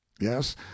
yes